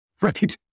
Right